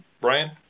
Brian